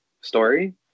story